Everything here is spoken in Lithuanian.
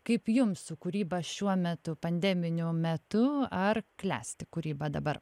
kaip jums su kūryba šiuo metu pandeminiu metu ar klesti kūryba dabar